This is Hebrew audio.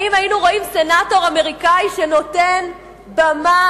האם היינו רואים סנטור אמריקני שנותן במה